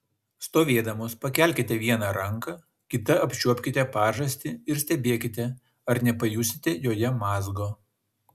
stovėdamos pakelkite vieną ranką kita apčiuopkite pažastį ir stebėkite ar nepajusite joje mazgo